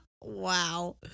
Wow